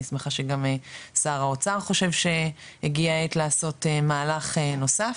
אני שמחה שגם שר האוצר חושב שהגיעה העת לעשות מהלך נוסף,